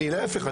להיפך,